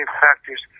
factors